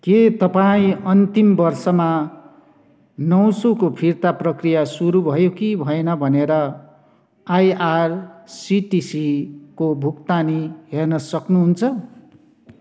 के तपाईँ अन्तिम वर्षमा नौ सौको फिर्ता प्रक्रिया सुरु भयो कि भएन भनेर आइआरसिटिसीको भुक्तानी हेर्न सक्नुहुन्छ